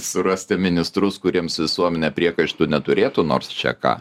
surasti ministrus kuriems visuomenė priekaištų neturėtų nors čia ką